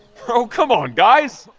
oh, come on, guys,